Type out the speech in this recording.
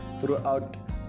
throughout